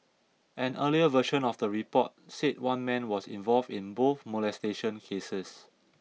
an earlier version of the report said one man was involved in both molestation cases